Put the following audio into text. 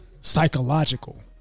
psychological